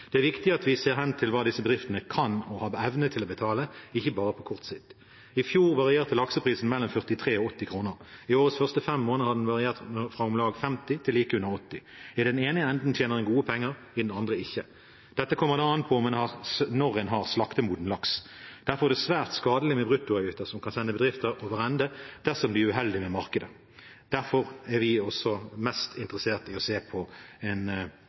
viktig at vi ser hen til hva disse bedriftene kan og har evne til å betale, ikke bare på kort sikt. I fjor varierte lakseprisen mellom 43 og 80 kr. I årets første fem måneder har den variert fra om lag 50 til like under 80 kr. I den ene enden tjener en gode penger, i den andre ikke. Dette kommer an på når en har slaktemoden laks. Derfor er det svært skadelig med bruttoavgifter som kan sende bedrifter over ende dersom de er uheldige med markedet. Derfor er vi også mest interessert i å se på en